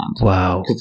Wow